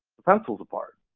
pencils a part,